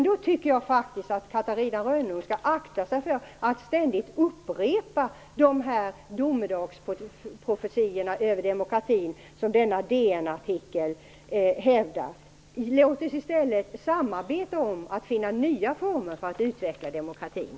Då tycker jag faktiskt att Catarina Rönnung skall akta sig för att ständigt upprepa de domedagsprofetior över demokratin som står i den nämnda DN-artikeln. Låt oss i stället samarbeta för att finna former för att utveckla demokratin.